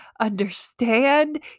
understand